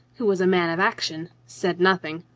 who was a man of action, said nothing,